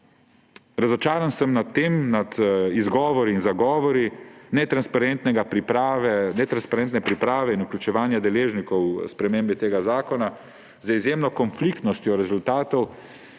Razočaran sem nad tem, nad izgovori in zagovori netransparentne priprave in vključevanja deležnikov pri spremembi tega zakona, z izjemno konfliktnostjo rezultatov,